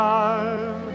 time